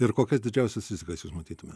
ir kokias didžiausias rizikas jūs matytumėt